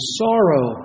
sorrow